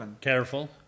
careful